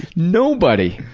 nobody.